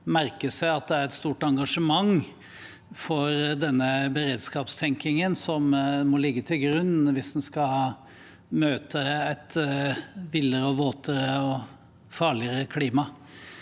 merker seg at det er et stort engasjement for denne beredskapstenkingen som må ligge til grunn hvis en skal møte et villere, våtere og farligere klima.